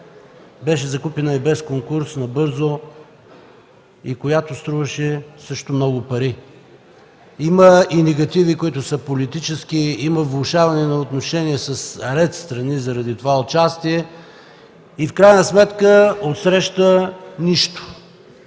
беше закупена без конкурс – набързо, и струваше също много пари. Има и негативи, които са политически, има влошаване на отношения с ред страни заради това участие и в крайна сметка отсреща – нищо.